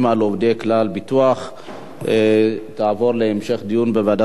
תעבור להמשך דיון בוועדת העבודה, הרווחה והבריאות.